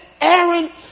Aaron